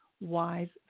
wise